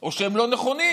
או שהם לא נכונים,